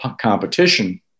competition